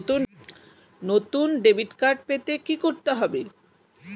নতুন debit card পেতে কী করতে হবে?